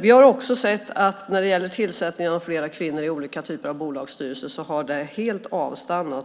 Vi har också sett att tillsättningen av fler kvinnor i olika typer av bolagsstyrelser helt har avstannat.